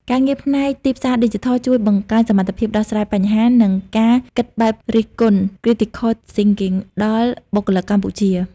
ការងារផ្នែកទីផ្សារឌីជីថលជួយបង្កើនសមត្ថភាពដោះស្រាយបញ្ហា និងការគិតបែបរិះគន់ (Critical Thinking) ដល់បុគ្គលិកកម្ពុជា។